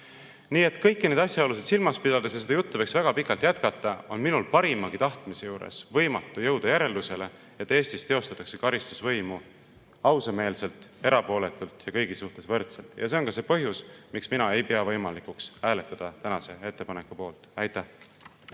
et kõiki neid asjaolusid silmas pidades – ja seda juttu võiks pikalt jätkata – on minul parimagi tahtmise juures võimatu jõuda järeldusele, et Eestis teostatakse karistusvõimu ausameelselt, erapooletult ja kõigi suhtes võrdselt. See on ka põhjus, miks mina ei pea võimalikuks hääletada tänase ettepaneku poolt. Aitäh!